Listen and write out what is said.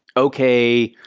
okay,